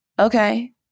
okay